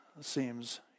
seems